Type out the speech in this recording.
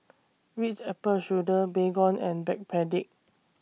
Ritz Apple Strudel Baygon and Backpedic